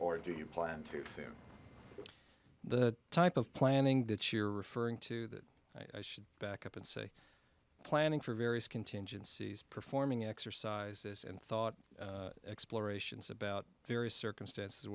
or do you plan to the type of planning that you're referring to that i should back up and say planning for various contingencies performing exercises and thought explorations about various circumstances